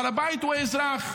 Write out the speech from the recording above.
בעל הבית הוא האזרח,